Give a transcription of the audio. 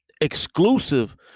exclusive